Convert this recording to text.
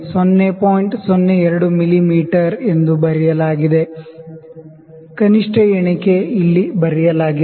02 ಮಿಮೀ ಬರೆಯಲಾಗಿದೆ ಎಂದು ನೀವು ನೋಡಬಹುದು ಲೀಸ್ಟ್ ಕೌಂಟ್ ಇಲ್ಲಿ ಬರೆಯಲಾಗಿದೆ